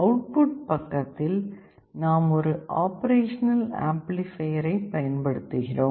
output பக்கத்தில் நாம் ஒரு ஆப்பரேஷனல் ஆம்பிலிபையர் பயன்படுத்துகிறோம்